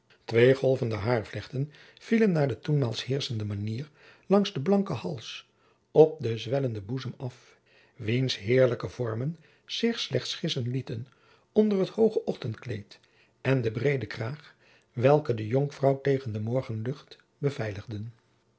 twee golvende hairvlechten vielen naar de toenmaals heerschende manier langs den blanken hals op den zwellenden boezem af wiens heerlijke vormen zich slechts gissen lieten onder het hooge ochtendkleed en de breede kraag welke de jonkvrouw tegen de morgenlucht beveiligden